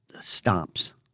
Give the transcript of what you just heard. stops